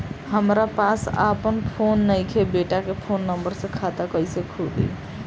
हमरा पास आपन फोन नईखे बेटा के फोन नंबर से खाता कइसे खुली?